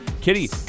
Kitty